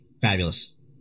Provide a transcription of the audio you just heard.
Fabulous